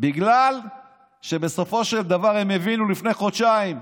בגלל שבסופו של דבר הם הבינו, לפני חודשיים,